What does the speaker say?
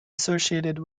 associated